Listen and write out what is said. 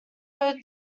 i’ll